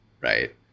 right